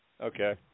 Okay